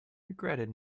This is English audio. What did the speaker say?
regretted